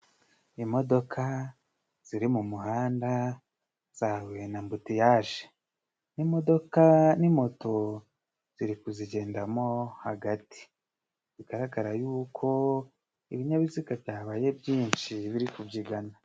Imodoka ziri mu muhanda zahuye na mbutiyaje. Imodoka n' imoto ziri kuzigendamo hagati，bigaragara yuko ibinyabiziga byabaye byinshi biri kubyigana.